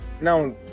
now